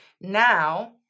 Now